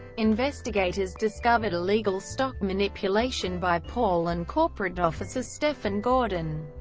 investigators discovered illegal stock manipulation by paul and corporate officer stephan gordon.